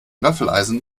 waffeleisen